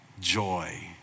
joy